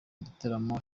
ibitaramo